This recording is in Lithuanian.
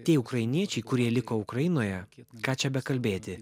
tie ukrainiečiai kurie liko ukrainoje ką čia bekalbėti